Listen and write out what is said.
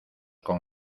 con